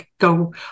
go